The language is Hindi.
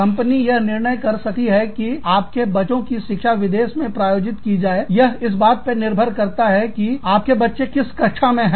कंपनी यह निर्णय कर सकती है कि आपके बच्चों की शिक्षा विदेश में प्रायोजित की जाएयह इस बात पर निर्भर करता है कि आपके बच्चे किस चरण कक्षा में हैं